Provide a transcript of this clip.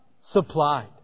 supplied